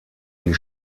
die